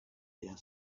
their